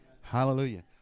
Hallelujah